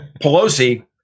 Pelosi